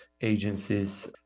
agencies